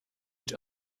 each